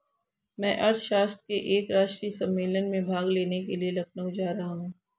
मैं अर्थशास्त्र के एक राष्ट्रीय सम्मेलन में भाग लेने के लिए लखनऊ जा रहा हूँ